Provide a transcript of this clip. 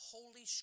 Holy